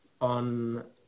on